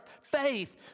faith